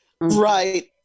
right